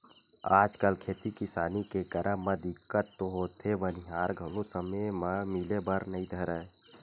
आजकल खेती किसानी के करब म दिक्कत तो होथे बनिहार घलो समे म मिले बर नइ धरय